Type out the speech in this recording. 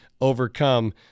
overcome